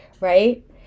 right